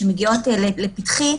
שמגיעות לפתחי,